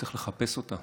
צריך לחפש אותה,